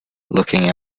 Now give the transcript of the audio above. looking